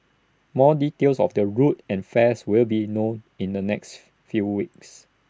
more details of the route and fares will be known in the next few weeks